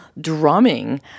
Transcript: drumming